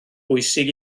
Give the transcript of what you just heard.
bwysig